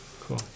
cool